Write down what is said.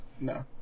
No